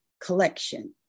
collection